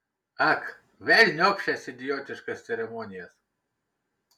ak velniop šias idiotiškas ceremonijas